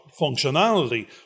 functionality